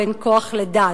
בין כוח לדת",